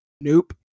Nope